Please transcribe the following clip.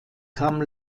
kam